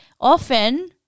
often